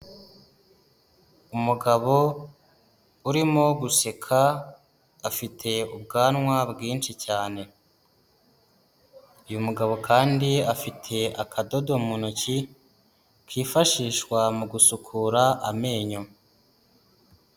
Umugabo urimo guseka afite ubwanwa bwinshi cyane, uyu mugabo kandi afite akadodo mu ntoki kifashishwa mu gusukura amenyo.